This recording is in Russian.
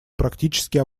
практически